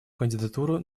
кандидатуру